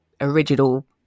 original